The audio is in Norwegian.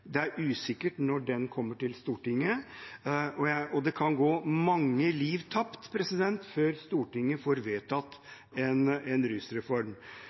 Det er usikkert når den kommer til Stortinget, og det kan gå mange liv tapt før Stortinget får vedtatt en rusreform.